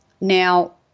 Now